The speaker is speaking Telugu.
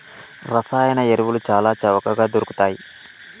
రసాయన ఎరువులు చాల చవకగ దొరుకుతయ్